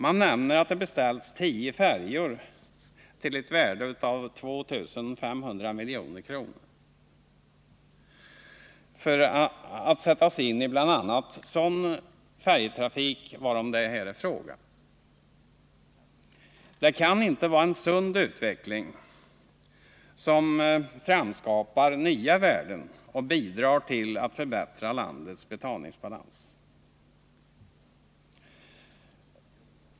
Man nämner att det har beställts tio färjor för 2 500 milj.kr. för att sättas in i bl.a. sådan färjetrafik varom det här är fråga. Det kan inte vara en sund utveckling som framskapar nya värden och bidrar till att förbättra landets betalningsbalans.